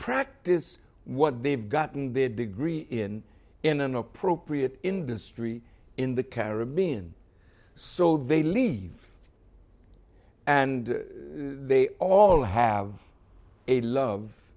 practice what they have gotten their degree in in an appropriate industry in the caribbean so they leave and they all have a love